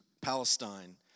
Palestine